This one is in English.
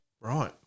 Right